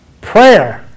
prayer